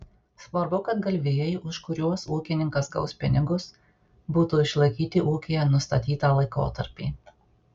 svarbu kad galvijai už kuriuos ūkininkas gaus pinigus būtų išlaikyti ūkyje nustatytą laikotarpį